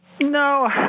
No